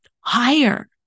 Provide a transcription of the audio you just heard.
higher